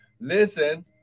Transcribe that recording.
listen